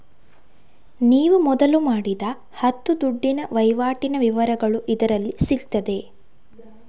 ನೀವು ಮೊದಲು ಮಾಡಿದ ಹತ್ತು ದುಡ್ಡಿನ ವೈವಾಟಿನ ವಿವರಗಳು ಇದರಲ್ಲಿ ಸಿಗ್ತದೆ